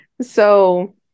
So-